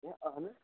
ہے اہَنہٕ